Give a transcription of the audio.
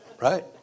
Right